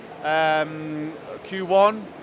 Q1